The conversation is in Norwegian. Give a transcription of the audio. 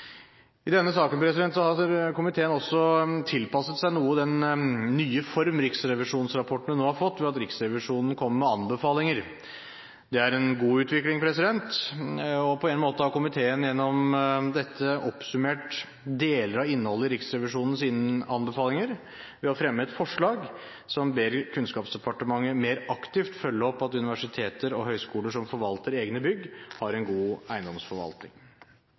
I denne saken har komiteen tilpasset seg noe den nye form riksrevisjonsrapportene nå har fått, ved at Riksrevisjonen kommer med anbefalinger. Det er en god utvikling. På en måte har komiteen gjennom dette oppsummert deler av innholdet i Riksrevisjonens anbefalinger ved å fremme et forslag til vedtak der vi ber Kunnskapsdepartementet mer aktivt følge opp at universiteter og høyskoler som forvalter egne bygg, har en god eiendomsforvaltning.